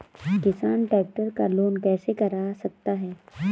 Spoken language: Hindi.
किसान ट्रैक्टर का लोन कैसे करा सकता है?